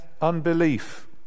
unbelief